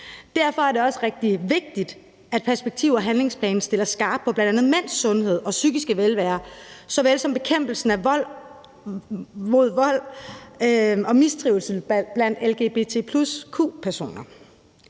Derfor er det også rigtig vigtigt, at perspektiv- og handlingsplanen stiller skarpt på bl.a. mænds sundhed og psykiske velvære såvel som bekæmpelsen af vold mod og mistrivsel blandt lgbtq+-personer.